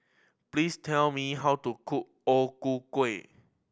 please tell me how to cook O Ku Kueh